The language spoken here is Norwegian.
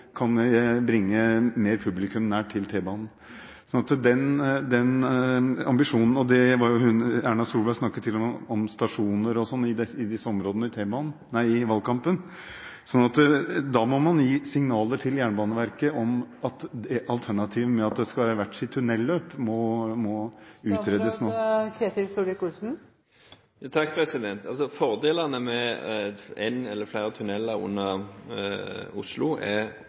kan bringe mer publikum nær til T-banen. Når det gjelder ambisjonen, snakket Erna Solberg til og med om stasjoner og sånt i disse områdene i valgkampen. Da må man gi signaler til Jernbaneverket om at alternativet med at de skal ha hvert sitt tunnelløp, må utredes nå. Fordelene med en eller flere tunneler under Oslo er